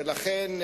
ולכן,